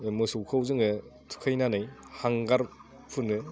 मोसौखौ जोङो थुखैनानै हांगार फुनो